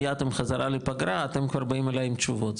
מיד עם חזרה מפגרה אתם כבר באים אליי עם תשובות.